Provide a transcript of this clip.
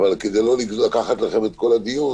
כדי לא לקחת לכם את כל הדיון,